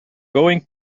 going